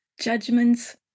judgments